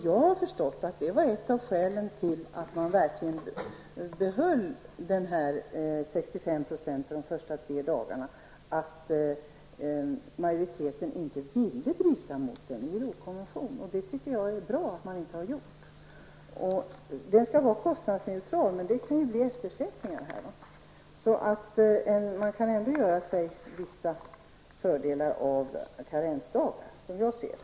Jag har förstått att ett av skälen till att man verkligen behöll 65 % under de första tre dagarna var att majoriteten inte ville bryta mot en ILO konvention. Jag tycker att det är bra att man inte har gjort det. Reformen skall vara kostnadsneutral, men det kan bli eftersläpningar. Man kan alltså, som jag ser det, skaffa sig vissa fördelar med hjälp av karensdagar.